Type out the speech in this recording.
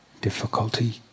Difficulty